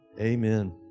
Amen